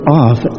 off